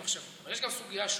אבל יש גם סוגיה שנייה,